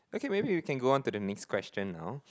okay maybe we can go on to the next question now